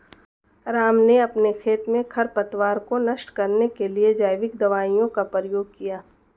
राम ने अपने खेत में खरपतवार को नष्ट करने के लिए जैविक दवाइयों का प्रयोग किया